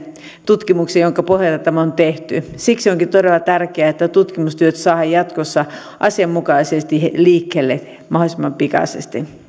tutkimukseen jonka pohjalta tämä on tehty siksi onkin todella tärkeää että tutkimustyöt saadaan jatkossa asianmukaisesti liikkeelle mahdollisimman pikaisesti